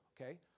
okay